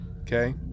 Okay